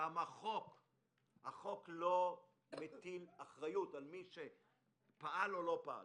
גם החוק לא מטיל אחריות על מי שפעל או לא פעל.